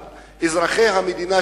על אזרחי המדינה,